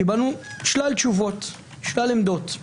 קיבלנו שלל תשובות, שלל עמדות.